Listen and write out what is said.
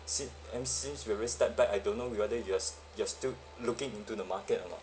si~ and since you already step back I don't know whether you're s~ you're still looking into the market or not